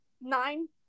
nine